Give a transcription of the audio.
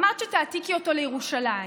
אמרת שתעתיקי אותו לירושלים.